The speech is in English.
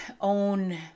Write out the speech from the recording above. own